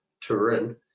Turin